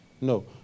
No